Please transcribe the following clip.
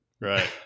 Right